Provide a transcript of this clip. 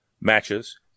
matches